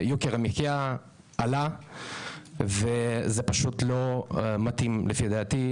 יוקר המחיה עלה וזה פשוט לא מתאים לפי דעתי,